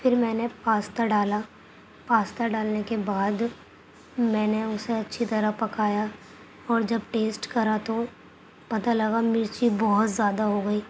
پھر میں نے پاستا ڈالا پاستا ڈالنے کے بعد میں نے اُسے اچھی طرح پکایا اور جب ٹیسٹ کرا تو پتہ لگا مرچی بہت زیادہ ہو گئی